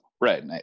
right